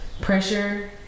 pressure